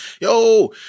yo